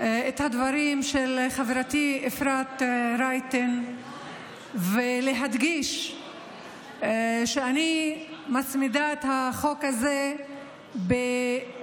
את הדברים של חברתי אפרת רייטן ולהדגיש שאני מצמידה את החוק הזה בגאווה,